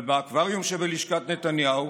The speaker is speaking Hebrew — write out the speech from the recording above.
אבל באקווריום שבלשכת נתניהו